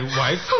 wife